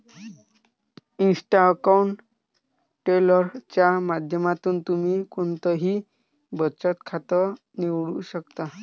Insta account travel च्या माध्यमातून तुम्ही कोणतंही बचत खातं निवडू शकता